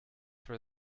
for